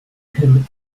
him